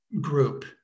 group